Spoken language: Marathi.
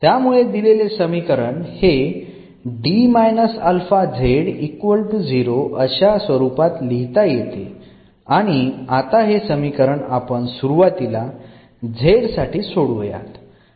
त्यामुळे दिलेले समीकरण हे अशा स्वरूपात लिहिता येते आणि आता हे समीकरण आपण सुरुवातीला z साठी सोडवूयात आणि त्यानंतर y वाय साठी सोडवूयात